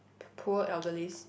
the poor elderlies